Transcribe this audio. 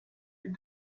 with